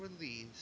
release